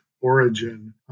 origin